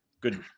Good